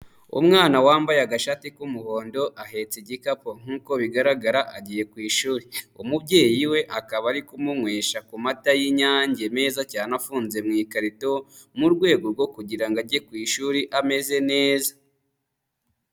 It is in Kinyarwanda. Umwana wambaye agashati k'umuhondo, ahetse igikapu nk'uko bigaragara agiye ku ishuri, umubyeyi we akaba ari kumunywesha ku mata y'inyange meza cyane afunze mu ikarito, mu rwego rwo kugira ajye ku ishuri ameze neza.